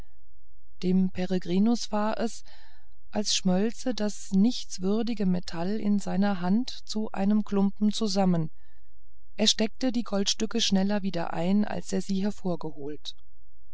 dem peregrinus war es als schmölze das nichtswürdige metall in seiner hand in einen klumpen zusammen er steckte die goldstücke schneller wieder ein als er sie hervorgeholt